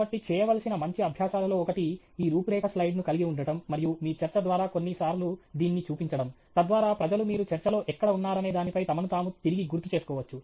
కాబట్టి చేయవలసిన మంచి అభ్యాసాలలో ఒకటి ఈ రూపురేఖ స్లయిడ్ను కలిగి ఉండటం మరియు మీ చర్చ ద్వారా కొన్ని సార్లు దీన్ని చూపించడం తద్వారా ప్రజలు మీరు చర్చలో ఎక్కడ ఉన్నారనే దానిపై తమను తాము తిరిగి గుర్తు చేసుకోవచ్చు